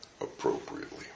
appropriately